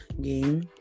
game